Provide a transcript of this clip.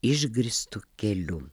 išgrįstu keliu